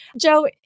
Joe